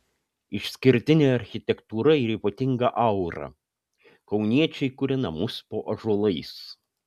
išskirtinė architektūra ir ypatinga aura kauniečiai kuria namus po ąžuolais